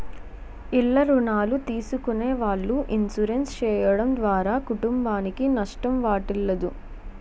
ఇల్ల రుణాలు తీసుకునే వాళ్ళు ఇన్సూరెన్స్ చేయడం ద్వారా కుటుంబానికి నష్టం వాటిల్లదు